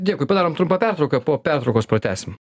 dėkui padarom trumpą pertrauką po pertraukos pratęsim